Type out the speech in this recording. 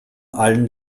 allen